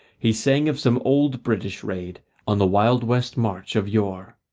he sang of some old british raid on the wild west march of yore.